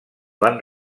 van